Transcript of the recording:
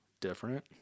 different